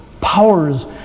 powers